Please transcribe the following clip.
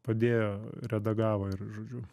padėjo redagavo ir žodžiu